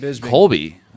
Colby